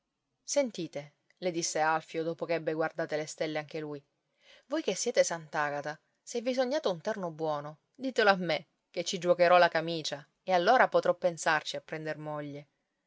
sentite le disse alfio dopo che ebbe guardate le stelle anche lui voi che siete sant'agata se vi sognate un terno buono ditelo a me che ci giuocherò la camicia e allora potrò pensarci a prender moglie